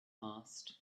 asked